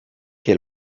che